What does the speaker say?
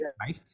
right